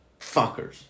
fuckers